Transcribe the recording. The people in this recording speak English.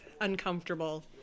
uncomfortable